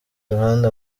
ruhande